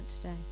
today